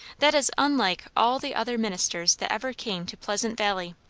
that is unlike all the other ministers that ever came to pleasant valley.